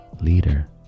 leader